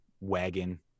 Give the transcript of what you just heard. wagon